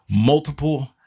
multiple